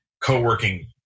co-working